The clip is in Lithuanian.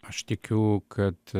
aš tikiu kad